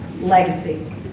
legacy